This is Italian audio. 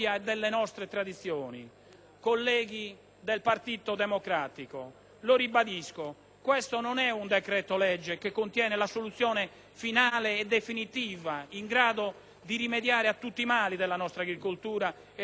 Colleghi del Partito Democratico, lo ribadisco, questo non è un decreto-legge che contiene la soluzione finale e definitiva, in grado di rimediare a tutti i mali della nostra agricoltura e del suo grave stato di crisi,